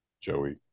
Joey